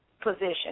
position